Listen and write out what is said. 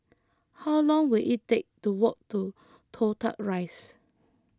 how long will it take to walk to Toh Tuck Rise